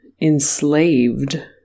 enslaved